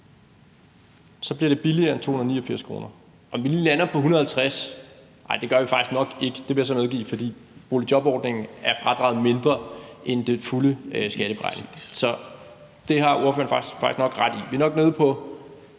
så bliver det billigere end 289 kr. Om vi lige lander på 150 kr. – det gør vi nok faktisk ikke; det vil jeg så medgive, fordi i boligjobordningen er fradraget mindre end den fulde skatteberegning. Så det har ordføreren nok faktisk ret i. Vi er nok måske